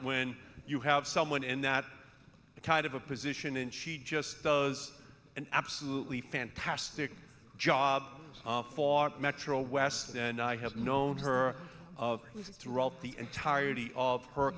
when you have someone in that kind of a position and she just does an absolutely fantastic job for metro west and has known her throughout the entirety of her